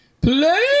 Play